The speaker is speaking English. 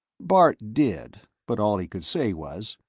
bart did, but all he could say was,